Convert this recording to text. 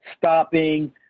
stopping